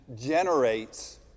generates